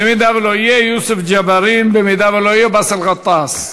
אם לא יהיה, יוסף ג'בארין, אם לא יהיה, באסל גטאס.